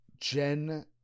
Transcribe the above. Jen